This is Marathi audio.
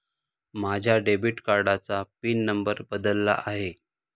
माझ्या डेबिट कार्डाचा पिन नंबर बदलला आहे